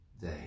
day